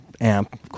amp